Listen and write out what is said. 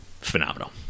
phenomenal